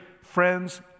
friends